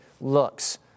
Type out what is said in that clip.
looks